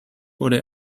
wurde